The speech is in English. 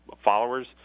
followers